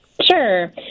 Sure